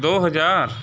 दौ हज़ार